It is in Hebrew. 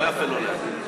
לא יפה לא להגיד.